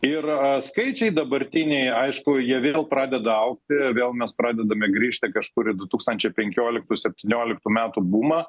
yra skaičiai dabartiniai aišku jie vėl pradeda augti vėl mes pradedame grįžti kažkur į du tūkstančiai penkioliktų septynioliktų metų bumą